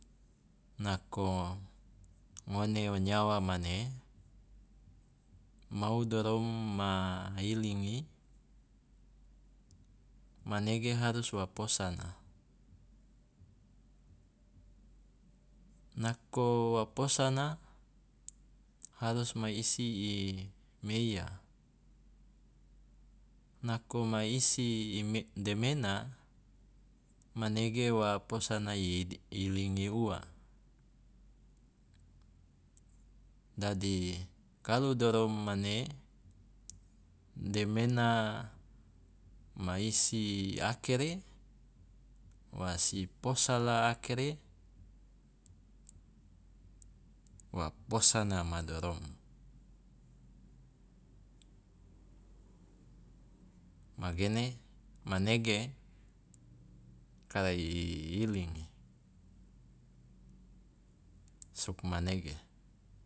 Nako ngone o nyawa mane mau dorom ma ilingi, manege harus wa posana. Nako wa posana harus ma isi i meiya, nako ma isi ime- demena manege wa posana i id- ilingi ua, dadi kalu dorom mane demena ma isi akere wasi posala akere, wa posana ma dorom. Magene manege kara i ilinggi, sugmanege.